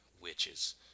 witches